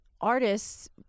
artists